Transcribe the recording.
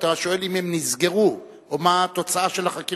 אתה שואל אם הם נסגרו, או מה התוצאה של החקירה.